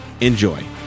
Enjoy